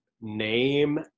name